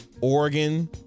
Oregon